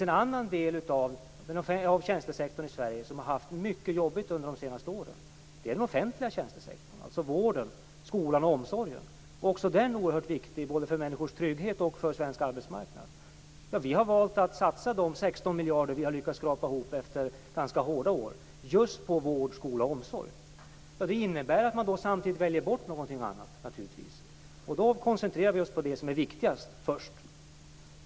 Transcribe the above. En del av tjänstesektorn i Sverige som haft det mycket jobbigt under de senaste åren är den offentliga tjänstesektorn, alltså vården, skolan och omsorgen. Också den sektorn är oerhört viktig både för människors trygghet och för svensk arbetsmarknad. Vi har valt att satsa de 16 miljarderna, som vi efter ganska hårda år lyckats skrapa ihop, på just vård, skola och omsorg. Det innebär naturligtvis att någonting annat samtidigt väljs bort. Då koncentrerar vi oss först på det som är viktigast.